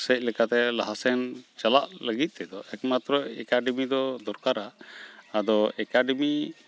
ᱥᱮᱪᱞᱮᱠᱟᱛᱮ ᱞᱟᱦᱟᱥᱮᱫ ᱪᱟᱞᱟᱜ ᱞᱟᱹᱜᱤᱫ ᱛᱮᱫᱚ ᱮᱠᱢᱟᱛᱨᱚ ᱮᱠᱟᱰᱮᱢᱤ ᱫᱚ ᱫᱚᱨᱠᱟᱨᱟ ᱟᱫᱚ ᱮᱠᱟᱰᱮᱢᱤ